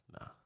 Nah